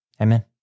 Amen